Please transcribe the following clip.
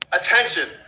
Attention